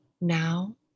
now